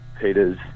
Peter's